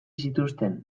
zituzten